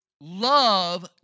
love